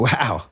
Wow